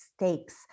stakes